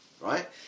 right